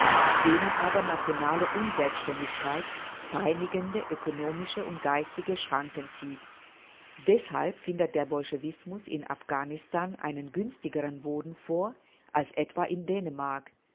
denen aber nationale unselbständigkeit peinigende ökonomische und geistige schranken zieht deshalb findet der bolschewismus in afghanistan einen günstigeren boden vor als etwa in dänemark